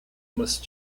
must